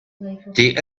the